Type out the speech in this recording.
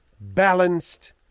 balanced